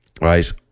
right